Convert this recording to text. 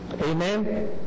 Amen